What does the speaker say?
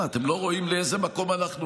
מה, אתם לא רואים לאיזה מקום אנחנו הולכים?